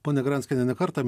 ponia granskiene ne kartą